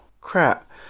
crap